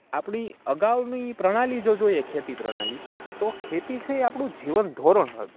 આપણી અગાઉની પ્રણાલી જો જોઈએ ખેતી પ્રણાલી તો ખેતી છે એ આપણું જીવનધોરણ હતું